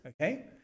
okay